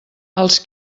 els